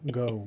go